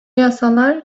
yasalar